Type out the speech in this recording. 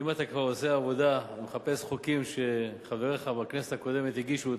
אם אתה כבר עושה עבודה ומחפש חוקים שחבריך בכנסת הקודמת הגישו,